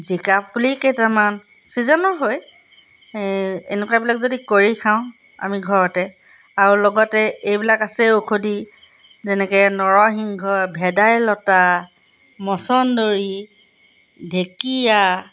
জিকা পুলি কেইটামান ছিজনো হয় এই এনেকুৱাবিলাক যদি কৰি খাওঁ আমি ঘৰতে আৰু লগতে এইবিলাক আছে ঔষধি যেনেকৈ নৰসিংহ ভেদাইলতা মছন্দৰি ঢেকীয়া